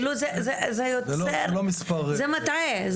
זה מטעה.